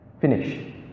finish